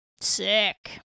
Sick